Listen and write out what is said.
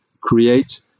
create